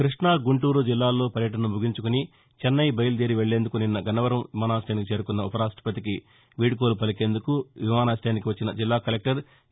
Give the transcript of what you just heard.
కృష్ణ గుంటూరు జిల్లాల్లో పర్యటసను ముగించుకుని చెన్నై బయలుదేరి వెళ్లేందుకు నిన్న గన్నవరం విమానాశయానికి చేరుకున్న ఉపరాష్టపతికి వీడ్యోలు పలికేందుకు విమానాశ్రయానికి వచ్చిన జిల్లా కలెక్టర్ ఏ